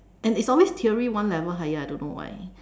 and it's always theory one level higher I don't know why